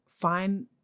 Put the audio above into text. find